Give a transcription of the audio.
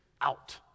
out